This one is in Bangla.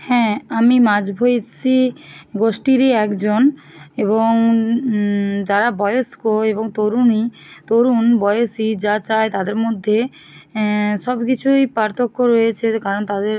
হ্যাঁ আমি মাঝবয়সি গোষ্টীরই একজন এবং যারা বয়স্ক এবং তরুণী তরুণ বয়সি যা চায় তাদের মধ্যে সব কিছুই পার্থক্য রয়েছে কারণ তাদের